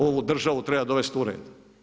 Ovu državu treba dovesti u red.